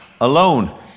alone